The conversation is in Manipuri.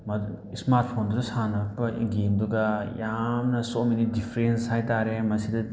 ꯏꯁꯃꯥꯔꯠ ꯐꯣꯟꯗꯨꯗ ꯁꯥꯟꯅꯔꯛꯄ ꯒꯦꯝꯗꯨꯒ ꯌꯥꯝꯅ ꯁꯣ ꯃꯦꯅꯤ ꯗꯤꯐ꯭ꯔꯦꯟꯁ ꯍꯥꯏꯇꯥꯔꯦ ꯃꯁꯤꯗ